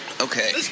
Okay